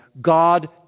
God